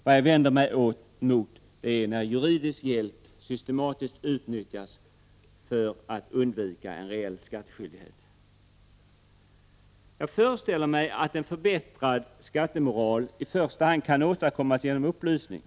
Vad jag vänder mig emot är att juridisk hjälp systematiskt utnyttjas för att undvika en reell skattskyldighet. Jag föreställer mig att en förbättrad skattemoral i första hand kan åstadkommas genom upplysning.